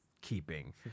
keeping